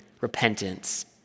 repentance